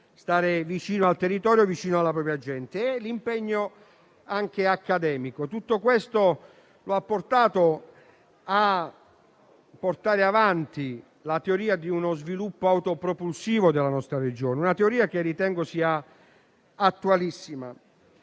stare vicino al territorio e alla propria gente, in aggiunta all'impegno anche accademico. Tutto questo lo ha condotto a portare avanti la teoria di uno sviluppo autopropulsivo della nostra Regione, una teoria che ritengo sia attualissima.